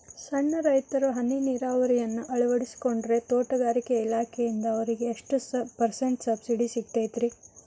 ಸಣ್ಣ ರೈತರು ಹನಿ ನೇರಾವರಿಯನ್ನ ಅಳವಡಿಸಿಕೊಂಡರೆ ತೋಟಗಾರಿಕೆ ಇಲಾಖೆಯಿಂದ ಅವರಿಗೆ ಎಷ್ಟು ಪರ್ಸೆಂಟ್ ಸಬ್ಸಿಡಿ ಸಿಗುತ್ತೈತರೇ?